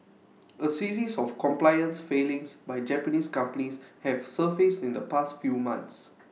A series of compliance failings by Japanese companies have surfaced in the past few months